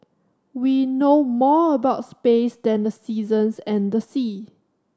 we know more about space than the seasons and the sea